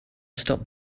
stop